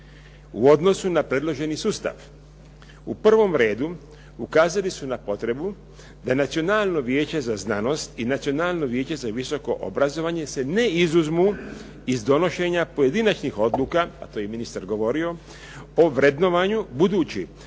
u odnosu na predloženi sustav. U prvom redu ukazali su na potrebu da Nacionalno vijeće za znanost i Nacionalno vijeće za visoko obrazovanje se ne izuzmu iz donošenja pojedinačnih odluka, a to je i ministar govorio o vrednovanju budući